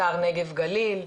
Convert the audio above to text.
לשר נגב גליל,